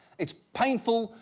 it's painful,